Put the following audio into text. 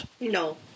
no